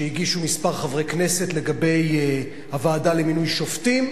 שהגישו כמה חברי כנסת לגבי הוועדה למינוי שופטים,